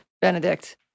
Benedict